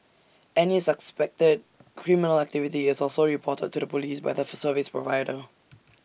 any suspected criminal activity is also reported to the Police by the for service provider